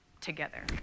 together